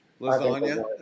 Lasagna